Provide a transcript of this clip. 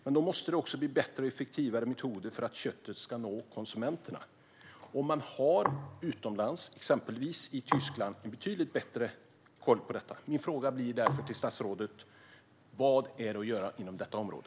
Men då krävs också bättre och effektivare metoder för att köttet ska nå konsumenterna. Utomlands, exempelvis i Tyskland, har man betydligt bättre koll på detta. Min fråga till statsrådet blir därför: Vad finns att göra inom detta område?